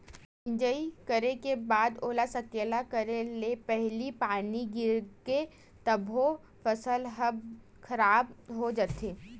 मिजई करे के बाद ओला सकेला करे ले पहिली पानी गिरगे तभो फसल ह खराब हो जाथे